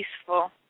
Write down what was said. peaceful